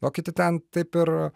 o kiti ten taip ir